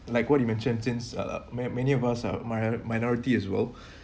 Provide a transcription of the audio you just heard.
like what you mentioned since uh ma~ many of us uh mino~ minority as well